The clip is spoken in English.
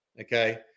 Okay